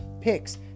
picks